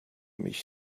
mich